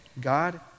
God